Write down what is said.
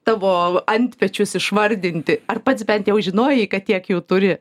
tavo antpečius išvardinti ar pats bent jau žinojai kad tiek jau turi